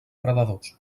predadors